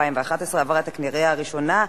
התשע"א 2011,